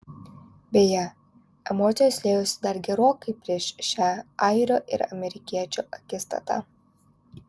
beje emocijos liejosi dar gerokai prieš šią airio ir amerikiečio akistatą